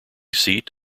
seat